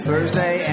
Thursday